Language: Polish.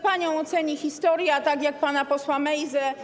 Panią oceni historia, tak jak pana posła Mejzę.